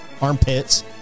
armpits